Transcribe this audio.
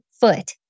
foot